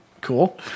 Cool